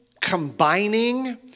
combining